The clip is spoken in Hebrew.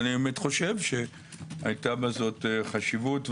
אני באמת חושב שהייתה בזאת חשיבות.